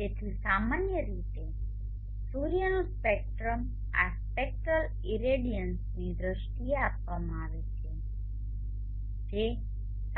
તેથી સામાન્ય રીતે સૂર્યનું સ્પેક્ટ્રમ આ સ્પેક્ટ્રલ ઇરેડિયન્સની દ્રષ્ટિએ આપવામાં આવે છે જે